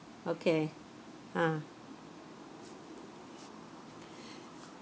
okay ah